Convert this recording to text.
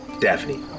Daphne